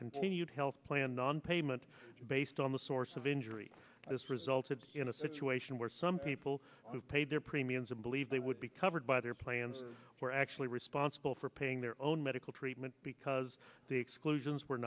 continued health plan nonpayment based on the source of injury this resulted in a situation where some people who paid their premiums and believe they would be covered by their plans were actually responsible for paying their own medical treatment because the exclusions were